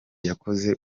yakoze